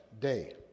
day